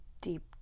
deep